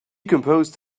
composed